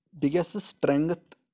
biggest strength